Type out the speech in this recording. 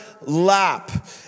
lap